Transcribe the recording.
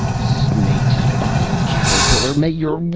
snake-spotted caterpillar! may your